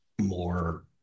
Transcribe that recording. more